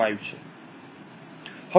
5 છે